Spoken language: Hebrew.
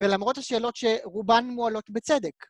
ולמרות השאלות שרובן מועלות בצדק.